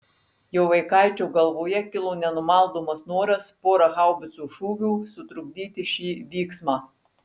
jo vaikaičio galvoje kilo nenumaldomas noras pora haubicų šūvių sutrukdyti šį vyksmą